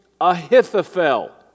Ahithophel